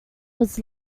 was